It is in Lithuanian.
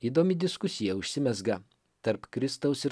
įdomi diskusija užsimezga tarp kristaus ir